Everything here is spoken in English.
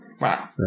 Wow